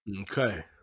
Okay